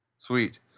Sweet